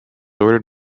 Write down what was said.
ordered